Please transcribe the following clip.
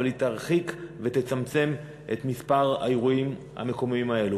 אבל היא תרחיק ותצמצם את מספר האירועים המקומיים האלה.